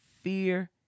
fear